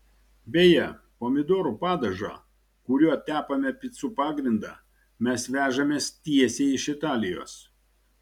beje pomidorų padažą kuriuo tepame picų pagrindą mes vežamės tiesiai iš italijos